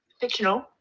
fictional